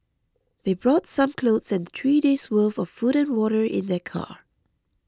they brought some clothes and three days worth of food and water in their car